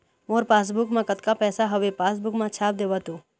मोर passbook मा कतका पैसा हवे पासबुक मा छाप देव तो?